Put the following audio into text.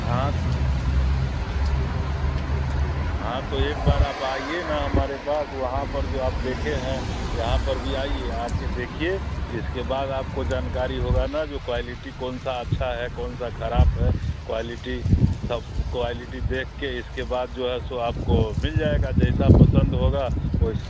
हाँ हाँ तो एक बार आप आइए ना हमारे पास वहाँ पर जो आप देखे हैं यहाँ पर भी आइए आ कर देखिए इसके बाद आपको जानकारी होगा ना जो क्वायलिटी कौन सा अच्छा है कौन सा ख़राब है क्वायलिटी सब क्वायलिटी देख कर इसके बाद जो है सो आपको मिल जाएगा जैसा पसंद होगा वैसा